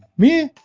me?